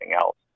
else